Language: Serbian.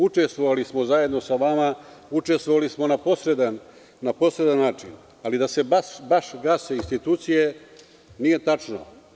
Učestvovali smo zajedno sa vama na posredan način, ali da se baš gase institucije nije tačno.